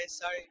Sorry